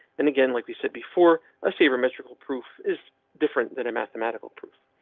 and again, like we said before, a saver metrical proof is different than a mathematical proof.